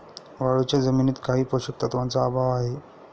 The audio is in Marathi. वाळूच्या जमिनीत काही पोषक तत्वांचा अभाव आहे